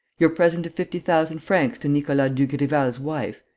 your present of fifty thousand francs to nicolas dugrival's wife!